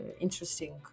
interesting